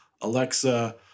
Alexa